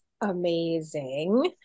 Amazing